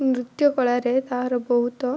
ନୃତ୍ୟ କଳାରେ ତାର ବହୁତ